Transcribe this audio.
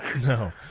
no